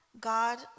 God